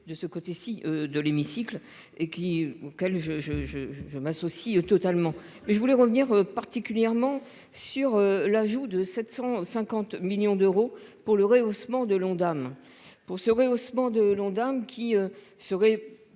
de ce côté-ci de l'hémicycle et qui auquel je je je je m'associe totalement mais je voulais revenir particulièrement sur l'ajout de 750 millions d'euros pour le rehaussement de l'Ondam pour sauver ossements de l'Ondam qui serait